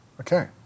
Okay